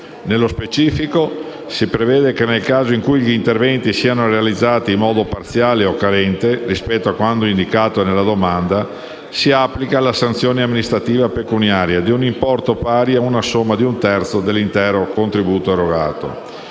Nello specifico, si prevede che, nel caso in cui gli interventi siano realizzati in modo parziale o carente rispetto a quanto indicato nella domanda, si applichi la sanzione amministrativa pecuniaria di importo pari ad una somma da un terzo all'intero contributo erogato;